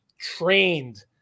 trained